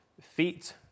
feet